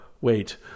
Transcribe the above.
wait